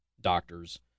doctors